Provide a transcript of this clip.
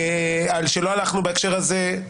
על שלא הלכנו בהקשר הזה,